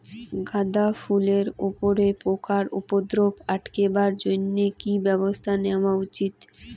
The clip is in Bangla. গাঁদা ফুলের উপরে পোকার উপদ্রব আটকেবার জইন্যে কি ব্যবস্থা নেওয়া উচিৎ?